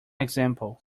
example